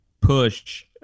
push